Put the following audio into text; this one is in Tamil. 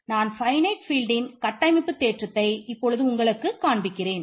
நான் ஃபைனட் ஃபீல்டின் அமைப்பு தேற்றத்தை இப்பொழுது உங்களுக்கு காண்பிக்கிறேன்